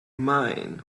mind